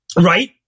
Right